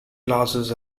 classes